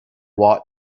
what